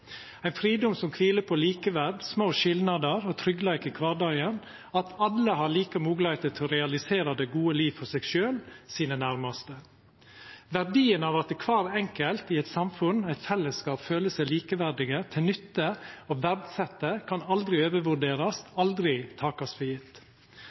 ein fridom som kviler på likeverd, små skilnader og tryggleik i kvardagen, og at alle har like moglegheiter til å realisera det gode liv for seg sjølv og sine nærmaste. Verdien av at kvar enkelt i eit samfunn – eit fellesskap – føler seg likeverdige, til nytte og verdsette, kan aldri